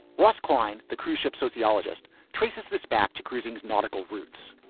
ross klein, the cruise ship sociologist, traces this back to cruising nautical routes